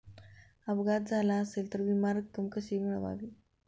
अपघात झाला असेल तर विमा रक्कम कशी मिळवावी?